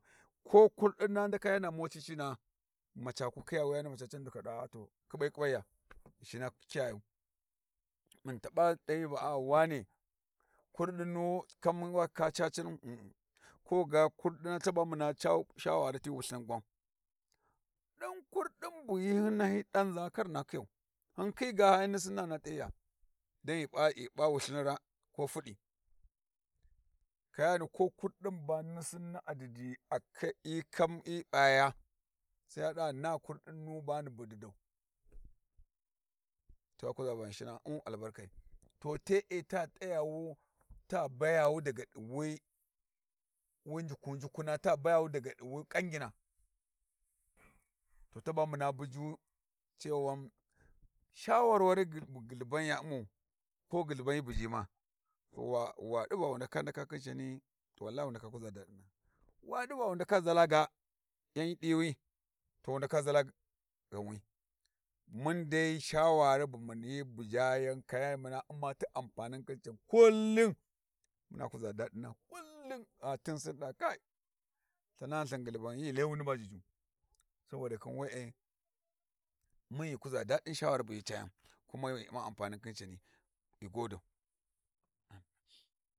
Ko kurdina ndaka yana moti cina'a maca ku khinya wuyani maca can ghi ndaka ɗa aa khiɓai kwanya Ghinshina kiyayau, mun ghi taba dahyi va a'a wane kurdin nu wa kam wa canu ko ga kurdina caba muna ca shawari ti wulthin gwan ɗin kurdin bu hyi nahi danza kar hyina khiya hyin khi ga hyi ni sinna hyina t'ayiya, dan yi ba ghi ba wulthin raa ko fuɗɗi kayani ko kurdin ba ni sinni a didi hyi ka hyi p'aya sai yaɗa na kurɗin nu bani bu didau, sai wa kuza va Ghinshina u'mu albarkai to te'e ta t'ayawu ta baya wi daga ɗi wi njuku njukuna ta baya wi daga ɗi wi kangina. To taba muna buju cewan, shawarwarin bu muna bu ghulhuban ya u'mau, ko ghulhuban hyi bujima to wa ɗuva wa ɗuva wu ndaka ndaka khin cani, to wallahi wu ndaka kuza daɗina, wa ɗiva wu ndaka zala ghanwi, mun dai shawari bu ni bujayan kayani muna u'ma ti ampanin khin can kullum, muna kuza daɗina kullum a tun sai mun ɗa kai lthin ghulhuban hyi layuni juju, saboda khin we'e mun ghi kuza dadi shawari bu hyi cayan, kuma ghi u'ma ampanin khin cani ghi godau.